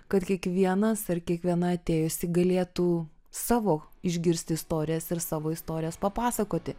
kad kiekvienas ar kiekviena atėjusi galėtų savo išgirsti istorijas ir savo istorijas papasakoti